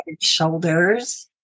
shoulders